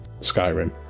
Skyrim